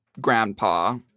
grandpa